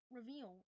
reveal